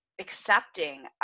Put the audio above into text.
accepting